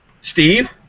Steve